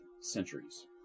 centuries